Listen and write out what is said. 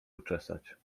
uczesać